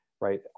right